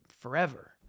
forever